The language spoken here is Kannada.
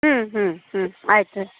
ಹ್ಞೂ ಹ್ಞೂ ಹ್ಞೂ ಆಯ್ತು ಸರಿ